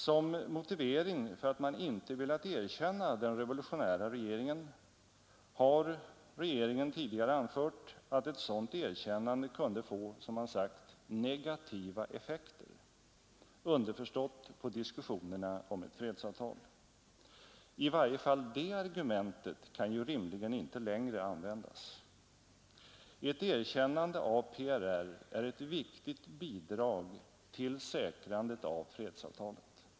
Som motivering för att man inte velat erkänna den revolutionära regeringen har regeringen tidigare anfört att ett sådant erkännande kunde få, som man sagt, ”negativa effekter”, underförstått av diskussionerna om ett fredsavtal. I varje fall det argumentet kan ju rimligen inte längre användas. Ett erkännande av PRR är ett viktigt bidrag till säkrandet av fredsavtalet.